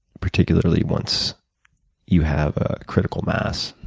particularly once you have a critical mass.